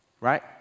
Right